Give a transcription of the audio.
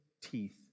teeth